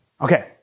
Okay